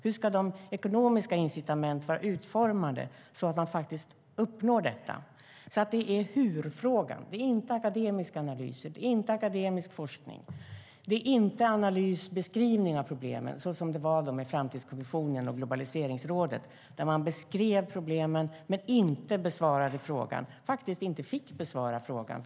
Hur ska de ekonomiska incitamenten vara utformade så att man faktiskt uppnår detta? Det handlar alltså om hur-frågan. Det är inte akademiska analyser, inte akademisk forskning och inte analysbeskrivning av problemen. I framtidskommissionen och globaliseringsrådet beskrev man problemen, men man fick inte besvara frågan.